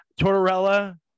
Tortorella